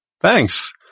Thanks